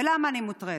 ולמה אני מוטרדת?